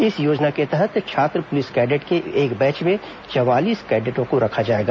इस योजना के तहत छात्र पुलिस कैंडेट के एक बैच में चवालीस कैडेटों को रखा जाएगा